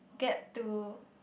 get to